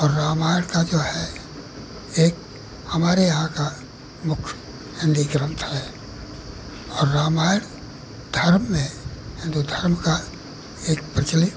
और रामायण का जो है एक हमारे यहाँ का मुख्य हिन्दी ग्रन्थ है और रामायण धर्म में हिन्दू धर्म का एक प्रचलित